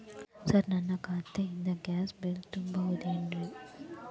Sir ನನ್ನ ಖಾತೆಯಿಂದ gas bill ತುಂಬಹುದೇನ್ರಿ?